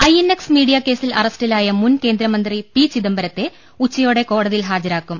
I N X media കേസിൽ അറസ്റ്റിലായ മുൻ കേന്ദ്ര മന്ത്രി പി ചിദംബരത്തെ ഉച്ചയോടെ കോടതിയിൽ ഹാജരാക്കും